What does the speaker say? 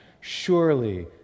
Surely